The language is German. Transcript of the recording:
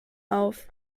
auf